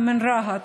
רהט,